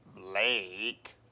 Blake